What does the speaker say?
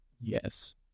Yes